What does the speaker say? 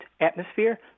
atmosphere